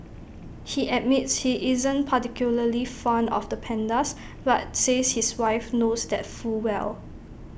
he admits he isn't particularly fond of the pandas but says his wife knows that full well